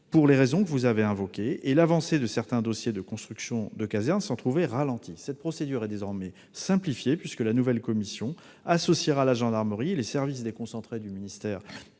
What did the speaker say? pour les raisons que vous avez invoquées et l'avancée de certains dossiers de construction de casernes s'en trouvait ralentie. Cette procédure est désormais simplifiée puisque la nouvelle commission associera la gendarmerie et les services déconcentrés du ministère